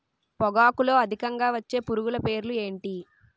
పొగాకులో అధికంగా వచ్చే పురుగుల పేర్లు ఏంటి